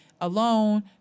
alone